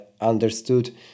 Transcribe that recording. understood